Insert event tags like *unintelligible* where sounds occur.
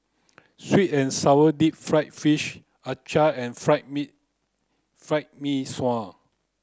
sweet and sour deep fried fish *unintelligible* and fried mee fried mee sua